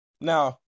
Now